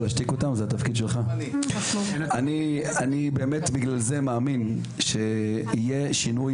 אני באמת בגלל זה מאמין שיהיה שינוי,